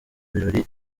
birori